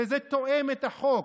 וזה תואם את החוק.